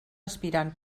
aspirant